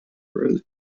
rose